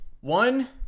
One